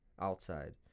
outside